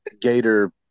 Gator